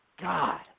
God